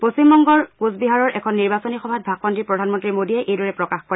পশ্চিমবংগৰ কোচবিহাৰৰ এখন নিৰ্বাচনী সভাত ভাষণ দি প্ৰধানমন্ত্ৰী মোদীয়ে এইদৰে প্ৰকাশ কৰে